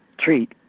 treat